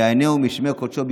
יענהו משמי קדשו,